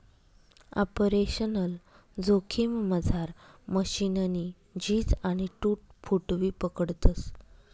operational जोखिममझार मशीननी झीज आणि टूट फूटबी पकडतस